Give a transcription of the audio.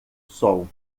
sol